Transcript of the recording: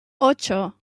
ocho